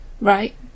Right